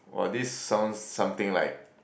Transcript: !wow! this sounds something like